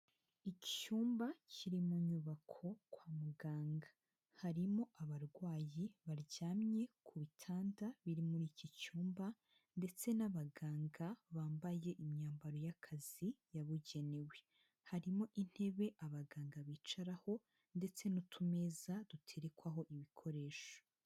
Icyumba kiri mu nyubako kwa muganga, harimo abarwayi baryamye ku bitanda biri muri iki cyumba ndetse n'abaganga bambaye imyambaro y'akazi yabugenewe, harimo intebe abaganga bicaraho ndetse n'utumeza duterekwaho ibikoresho.